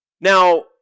Now